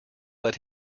led